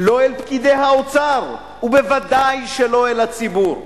לא אל פקידי האוצר, ובוודאי שלא אל הציבור.